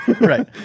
Right